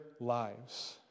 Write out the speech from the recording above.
lives